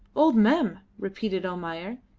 old mem! repeated almayer.